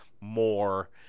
more